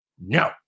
No